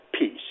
Peace